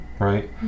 Right